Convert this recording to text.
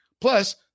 plus